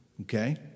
Okay